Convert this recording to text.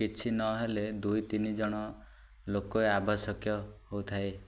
କିଛି ନହେଲେ ଦୁଇ ତିନି ଜଣ ଲୋକ ଆବଶ୍ୟକୀୟ ହୋଇଥାଏ